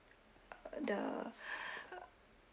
uh the uh